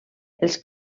els